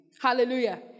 Hallelujah